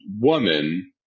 woman